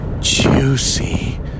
Juicy